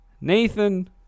Nathan